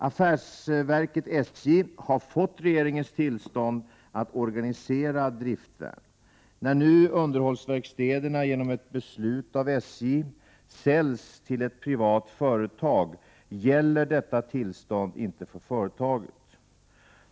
Affärsverket SJ har fått regeringens tillstånd att organisera driftvärn. När nu underhållsverkstäderna genom ett beslut av SJ säljs till ett privat företag gäller detta tillstånd inte för företaget.